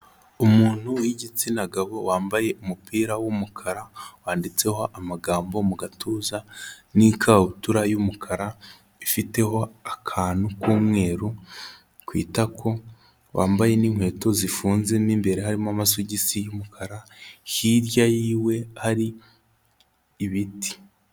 Umuntu w'igitsina gabo wambaye umupira w'umukara wanditseho amagambo mu gatuza n'ikabutura y'umukara ifiteho akantu k'umweru ku itako, wambaye n'inkweto zifunze mo imbere harimo amasogisi y'umukara, hirya yiwe hari ibiti.